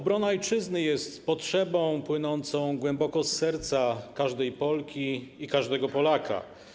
Obrona ojczyzny jest potrzebą płynącą głęboko z serca każdej Polki i każdego Polaka.